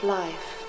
life